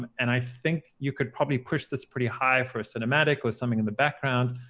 and i think you could probably push this pretty high for a cinematic or something in the background.